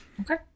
Okay